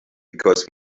because